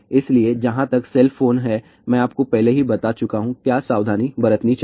इसलिए जहां तक सेल फोन हैं मैं आपको पहले ही बता चुका हूं क्या सावधानी बरतनी चाहिए